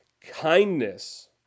Kindness